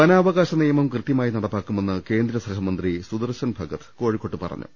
വനാവകാശ നിയമം കൃത്യമായി നടപ്പാക്കു മെന്ന് കേന്ദ്ര സഹമന്ത്രി സുദർശൻ ഭഗത് കോഴിക്കോട്ട് പറഞ്ഞു